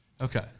Okay